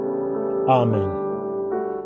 Amen